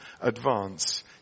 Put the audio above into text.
advance